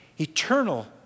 eternal